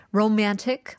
romantic